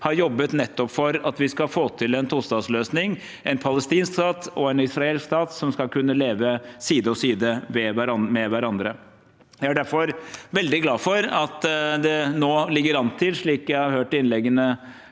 har jobbet nettopp for at vi skal få til en tostatsløsning, en palestinsk stat og en israelsk stat som skal kunne leve side om side med hverandre. Jeg er derfor veldig glad for at det nå ligger an til, slik jeg har hørt innleggene